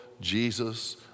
Jesus